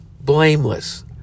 blameless